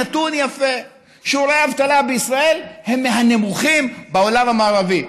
הנתון יפה: שיעורי האבטלה בישראל הם מהנמוכים בעולם המערבי,